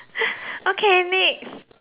okay next